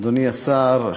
אדוני השר,